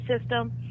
system